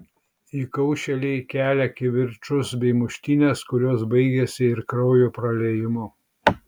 įkaušėliai kelia kivirčus bei muštynes kurios baigiasi ir kraujo praliejimu